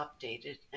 updated